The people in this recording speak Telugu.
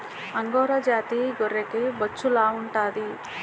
అంగోరా జాతి గొర్రెకి బొచ్చు లావుంటాది